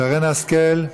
שרן השכל,